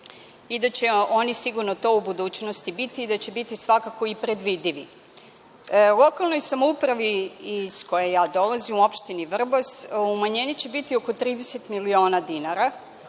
i da će oni sigurno to u budućnosti biti i da će biti svakako i predvidivi. Lokalnoj samoupravi iz koje ja dolazim, opština Vrbas, umanjenje će biti oko 30 miliona dinara,